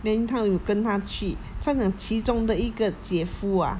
then 他有跟她去他讲其中的一个姐夫 ah